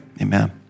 Amen